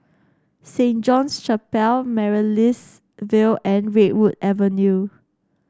Saint John's Chapel Amaryllis Ville and Redwood Avenue